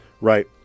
right